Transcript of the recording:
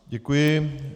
Děkuji.